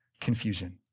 confusion